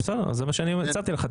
זה מה שאני הצעתי לך,